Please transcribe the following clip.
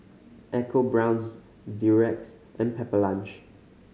EcoBrown's Durex and Pepper Lunch